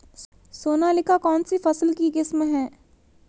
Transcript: सोनालिका कौनसी फसल की किस्म है?